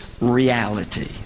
reality